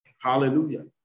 Hallelujah